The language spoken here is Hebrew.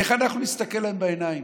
איך אנחנו נסתכל להם בעיניים?